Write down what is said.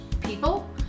people